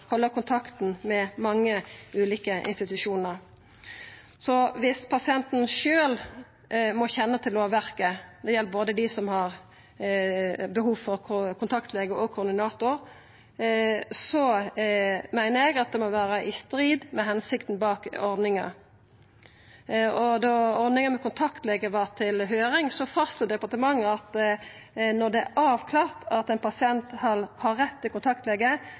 halda kontakten med mange ulike institusjonar. Så viss pasienten sjølv må kjenna til lovverket, det gjeld både dei som har behov for kontaktlege og de som har behov for koordinator, meiner eg at det må vera i strid med hensikta bak ordninga. Da ordninga med kontaktlege var til høyring, fastslo departementet at når det er avklart at ein pasient har rett til kontaktlege,